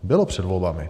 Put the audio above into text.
Bylo před volbami.